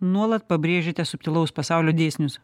nuolat pabrėžiate subtilaus pasaulio dėsnius